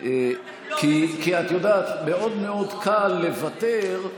כי את יודעת, מאוד מאוד קל לוותר,